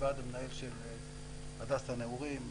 ועד המנהל של הדסה נעורים,